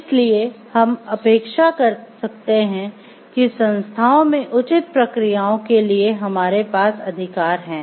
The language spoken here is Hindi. इसलिए हम अपेक्षा कर सकते हैं कि संस्थाओं में उचित प्रक्रियाओं के लिए हमारे पास अधिकार हैं